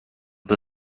the